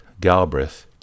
Galbraith